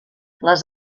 les